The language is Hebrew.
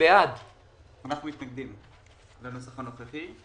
מתנגדים לנוסח הנוכחי.